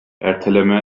erteleme